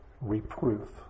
reproof